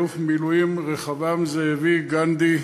אלוף במילואים רחבעם זאבי גנדי,